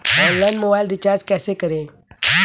Online mobile recharge कैसे करें?